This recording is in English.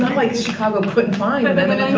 like chicago couldn't find um and and